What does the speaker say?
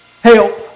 help